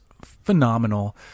phenomenal